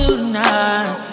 tonight